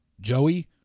Joey